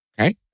okay